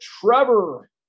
Trevor